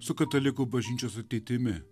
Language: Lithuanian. su katalikų bažnyčios ateitimi